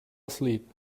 asleep